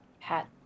pat